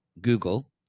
Google